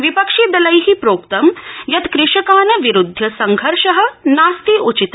विपक्षि लै प्रोक्तं यत् कृषकान् विरूदध्य संघर्ष नास्ति उचित